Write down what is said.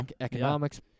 economics